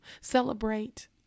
celebrate